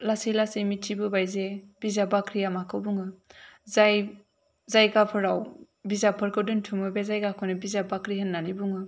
लासै लासै मिथिबोबाय जे बिजाब बाख्रिआ माखौ बुङो जाय जायगाफोराव बिजाबफोरखौ दोनथुमो बे जायगाखौनो बिजाब बाख्रि होनना बुङो